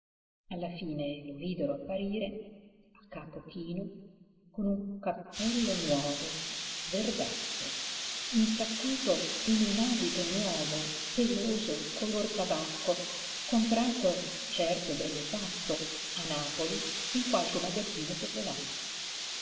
alla fine lo videro apparire a capo chino con un cappello nuovo verdastro insaccato in un abito nuovo peloso color tabacco comprato certo bell'e fatto a napoli in qualche magazzino popolare